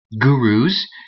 Gurus